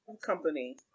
company